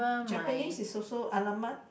Japanese is also !alamak!